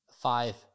five